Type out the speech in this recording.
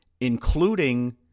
including